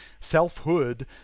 Selfhood